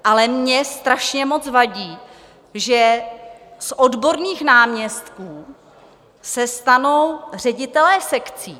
Ale mně strašně moc vadí, že z odborných náměstků se stanou ředitelé sekcí.